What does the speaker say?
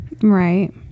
Right